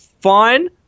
Fine